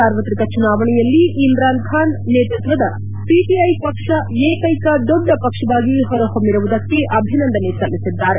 ಸಾರ್ವತ್ರಿಕ ಚುನಾವಣೆಯಲ್ಲಿ ಇಮ್ರಾನ್ ಖಾನ್ ನೇತೃತ್ವದ ಪಿಟಿಐ ಪಕ್ಷ ಏಕೈಕ ದೊಡ್ಡ ಪಕ್ಷವಾಗಿ ಹೊರ ಹೊಮ್ಬಿರುವುದಕ್ಕೆ ಅಭಿನಂದನೆ ಸಲ್ಲಿಸಿದ್ದಾರೆ